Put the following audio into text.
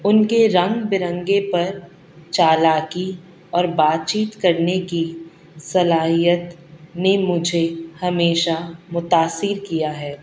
ان کے رنگ برنگے پر چالاکی اور بات چیت کرنے کی صلاحیت نے مجھے ہمیشہ متاثر کیا ہے